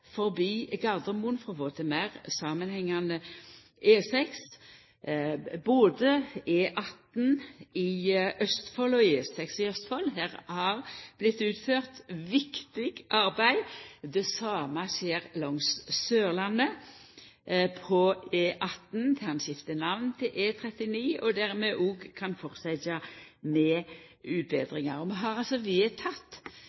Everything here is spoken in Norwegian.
forbi Gardermoen for å få til ein meir samanhengande E6. Både på E18 og E6 i Østfold er det vorte utført viktig arbeid. Det same skjer langs Sørlandet på E18 til han skiftar namn til E39, der vi òg kan fortsetja med